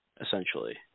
essentially